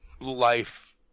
life